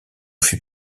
fut